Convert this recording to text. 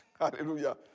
Hallelujah